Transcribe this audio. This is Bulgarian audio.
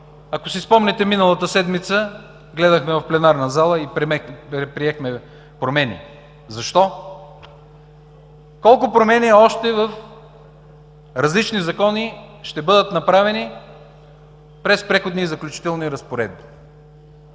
ако си спомняте, миналата седмица гледахме в пленарна зала и приехме промени. Защо? Колко промени още в различни закони ще бъдат направени през преходните и заключителните разпоредби?